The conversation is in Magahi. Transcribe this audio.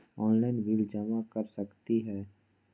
ऑनलाइन बिल जमा कर सकती ह?